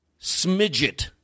smidget